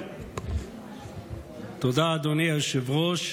תודה, אדוני היושב-ראש.